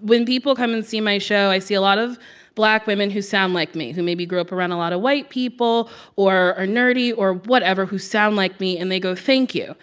when people come and see my show, i see a lot of black women who sound like me, who maybe grew up around a lot of white people or or nerdy or whatever who sound like me. and they go, thank you.